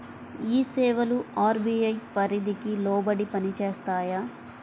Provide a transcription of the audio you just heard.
ఈ సేవలు అర్.బీ.ఐ పరిధికి లోబడి పని చేస్తాయా?